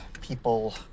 people